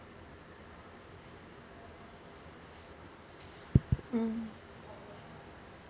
mm